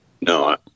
No